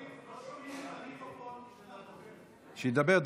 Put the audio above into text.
מיקרופון, שידבר.